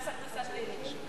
מס הכנסה שלילי.